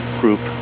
group